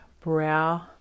brow